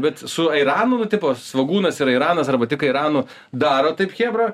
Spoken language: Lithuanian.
bet su airanu tipo svogūnas ir airanas arba tik airanu daro taip chebra